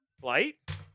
flight